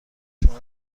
شما